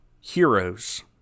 heroes